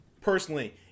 personally